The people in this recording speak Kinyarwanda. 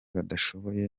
badashoboye